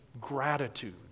gratitude